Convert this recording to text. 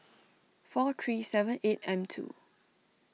four three seven eight M two